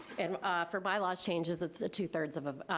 and ah for by-laws changes, it's two-thirds of,